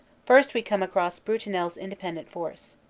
first we come across brutinel's independent force.